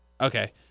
Okay